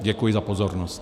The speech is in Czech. Děkuji za pozornost.